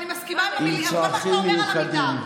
אני מסכימה לכל מה שאתה אומר על עמידר.